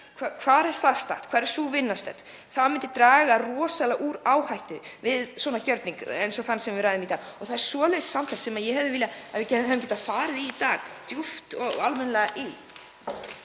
Hvar er það statt? Hvar er sú vinna stödd? Það myndi draga rosalega úr áhættu við gjörning eins og þann sem við ræðum í dag. Það er svoleiðis samtal sem ég hefði viljað að við hefðum getað farið djúpt og almennilega í.